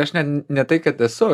aš net ne tai kad esu